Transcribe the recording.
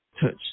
touch